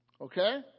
Okay